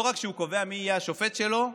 לא רק שהוא קובע מי השופט שלו,